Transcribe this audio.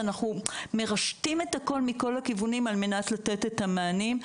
אנחנו מרשתים את הכול מכל הכיוונים על מנת לתת את המענים.